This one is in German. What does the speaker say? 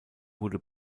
wurde